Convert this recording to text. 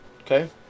Okay